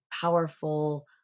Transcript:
powerful